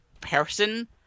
person